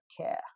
care